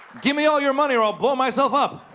gimme all your money, or i'll blow myself up!